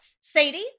Sadie